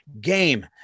game